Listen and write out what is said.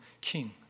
king